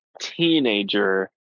teenager